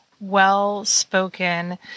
well-spoken